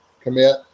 commit